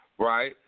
Right